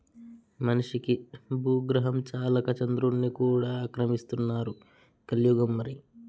మనిషికి బూగ్రహం చాలక చంద్రుడ్ని కూడా ఆక్రమిస్తున్నారు కలియుగం మరి